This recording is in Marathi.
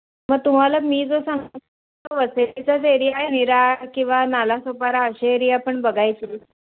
मग तुम्हाला मी जो तो वसईचाच एरिया आहे विरार किंवा नालासोपारा असे एरिया पण बघायचे